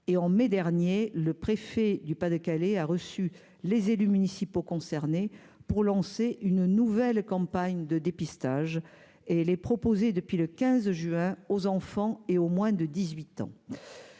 et en mai dernier, le préfet du Pas Pas-de-Calais a reçu les élus municipaux concernés pour lancer une nouvelle campagne de dépistage et les proposer depuis le 15 juin aux enfants et aux moins de 18 ans,